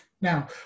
Now